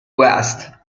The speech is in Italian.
west